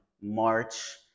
March